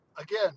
Again